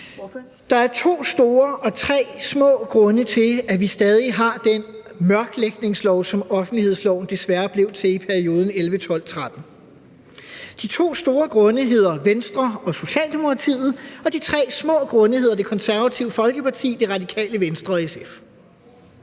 Der er to store og tre små grunde til, at vi stadig har den mørklægningslov, som offentlighedsloven desværre blev til i perioden 2011, 2012 og 2013. De to store grunde hedder Venstre og Socialdemokratiet, og de tre små grunde hedder Det Konservative Folkeparti, Det Radikale Venstre og SF.